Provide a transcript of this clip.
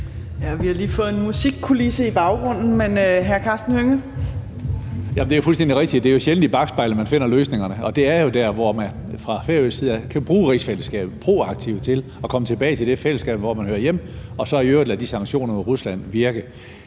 så er det hr. Karsten Hønge, værsgo. Kl. 17:35 Karsten Hønge (SF): Det er jo fuldstændig rigtigt, og det er sjældent i bakspejlet, man finder løsningerne, og det er jo der, hvor man fra færøsk side af kan bruge rigsfællesskabet proaktivt til at komme tilbage til det fællesskab, hvor man hører hjemme, og så i øvrigt lade de sanktioner mod Rusland virke.